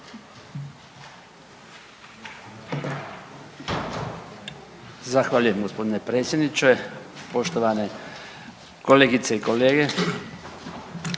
Zahvaljujem gospodine potpredsjedniče, poštovana kolegice. Prije